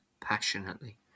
Passionately